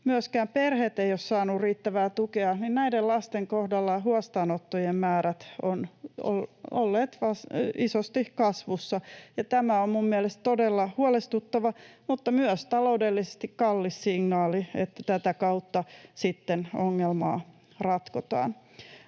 myöskään perheet ole saaneet riittävää tukea, niin näiden lasten kohdalla huostaanottojen määrät ovat olleet isosti kasvussa. Tämä on minun mielestäni todella huolestuttava mutta myös taloudellisesti kallis signaali, että tätä kautta sitten ongelmaa ratkotaan.